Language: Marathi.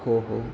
हो हो